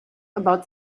about